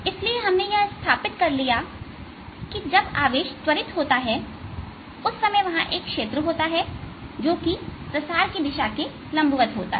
इसलिए हमने यह स्थापित कर लिया कि जब आवेश त्वरित होता है उस समय में वहां एक क्षेत्र होता है जो कि प्रसार की दिशा के लंबवत होता है